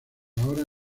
ahora